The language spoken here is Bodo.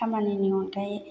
खामानिनि अनगायै